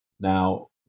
Now